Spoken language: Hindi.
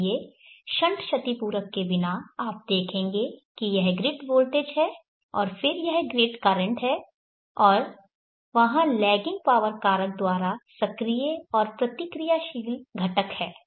इसलिए शंट क्षतिपूरक के बिना आप देखेंगे कि यह ग्रिड वोल्टेज है और फिर यह ग्रिड करंट है और वहाँ लैगिंग पावर कारक द्वारा सक्रिय और प्रतिक्रियाशील घटक है